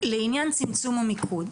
לעניין צמצום המיקוד,